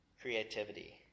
creativity